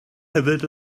hefyd